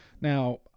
Now